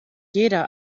jeder